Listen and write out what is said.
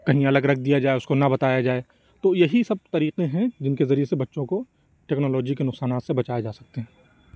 كہیں الگ ركھ دیا جائے اُس كو نہ بتایا جائے تو یہی سب طریقے ہیں جن کے ذریعے سے بچوں کو ٹیکنالوجی کے نقصانات سے بچایا جا سکتے ہیں